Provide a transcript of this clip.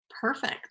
Perfect